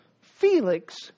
felix